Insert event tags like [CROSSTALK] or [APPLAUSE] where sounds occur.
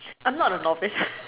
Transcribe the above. I'm not a novice [LAUGHS]